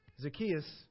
Zacchaeus